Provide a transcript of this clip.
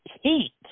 heat